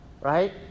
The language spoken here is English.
right